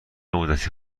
مدتی